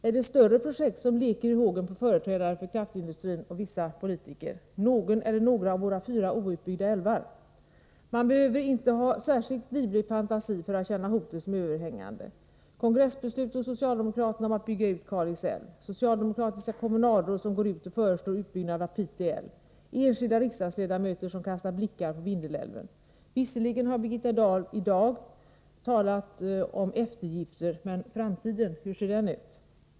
Är det större projekt som leker i hågen på företrädare för kraftindustrin och vissa politiker? Någon eller några av våra fyra outbyggda älvar? Man behöver inte ha särskilt livlig fantasi för att känna hotet som överhängande: kongressbeslut hos socialdemokraterna om att bygga ut Kalix älv, socialdemokratiska kommunalråd som går ut och föreslår utbyggnad av Pite älv, enskilda riksdagsledamöter som kastar blickar på Vindelälven. Visserligen har Birgitta Dahl i dag talat om eftergifter, men framtiden — hur ser den ut?